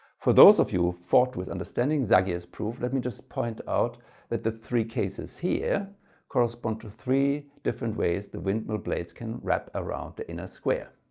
for those of you who ah fought with understanding zagier's proof, let me just point out that the three cases here correspond to three different ways the windmill blades can wrap around in a square.